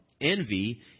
Envy